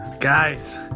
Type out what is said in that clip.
Guys